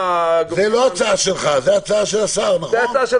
לא הצעה שלך אלא של השר.